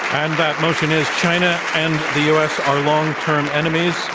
and that motion is china and the u. s. are long-term enemies.